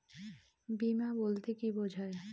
বিমা বলতে কি বোঝায়?